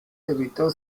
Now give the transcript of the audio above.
evitó